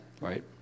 Right